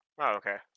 okay